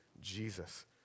Jesus